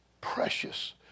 precious